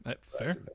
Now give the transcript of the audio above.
fair